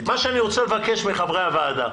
מה שאני רוצה לבקש מחברי הוועדה,